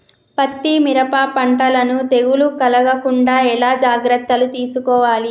పత్తి మిరప పంటలను తెగులు కలగకుండా ఎలా జాగ్రత్తలు తీసుకోవాలి?